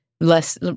less